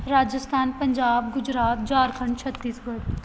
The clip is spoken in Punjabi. ਰਾਜਸਥਾਨ ਪੰਜਾਬ ਗੁਜਰਾਤ ਝਾਰਖੰਡ ਛੱਤੀਸਗੜ੍ਹ